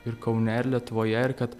ir kaune ir lietuvoje ir kad